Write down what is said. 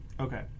okay